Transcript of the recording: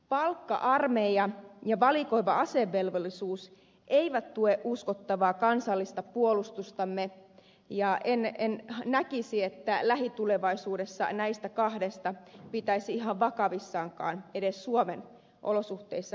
palkka armeija ja valikoiva asevelvollisuus eivät tue uskottavaa kansallista puolustustamme ja en näkisi että lähitulevaisuudessa näistä kahdesta pitäisi ihan vakavissaan suomen olosuhteissa edes puhua